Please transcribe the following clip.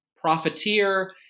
profiteer